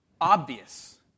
obvious